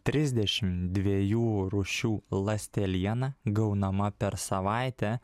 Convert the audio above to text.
trisdešim dviejų rūšių ląsteliena gaunama per savaitę